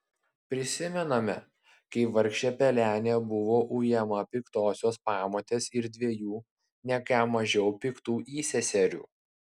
prisimename kaip vargšė pelenė buvo ujama piktosios pamotės ir dviejų ne ką mažiau piktų įseserių